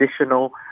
additional